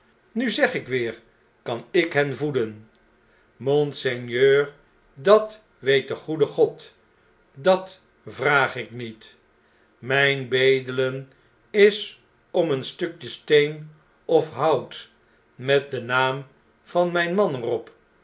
nu zeg ik weer kan ik hen voeden monseigneur dat weet de goede god dat vraag ik niet mjjn bedelen is om een stukje steen of hout met den naam van mjjn man er